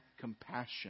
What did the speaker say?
compassion